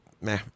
Meh